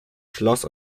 schloss